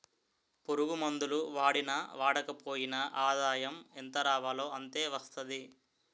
పురుగుమందులు వాడినా వాడకపోయినా ఆదాయం ఎంతరావాలో అంతే వస్తాది